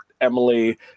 Emily